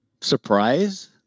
surprise